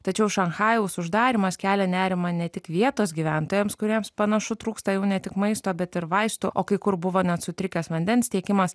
tačiau šanchajaus uždarymas kelia nerimą ne tik vietos gyventojams kuriems panašu trūksta jau ne tik maisto bet ir vaistų o kai kur buvo net sutrikęs vandens tiekimas